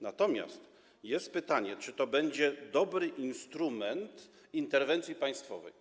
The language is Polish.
Natomiast jest pytanie, czy to będzie dobry instrument interwencji państwowej.